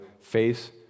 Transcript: face